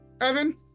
Evan